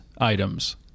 items